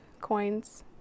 coins